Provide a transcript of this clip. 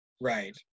Right